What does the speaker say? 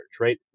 right